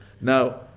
Now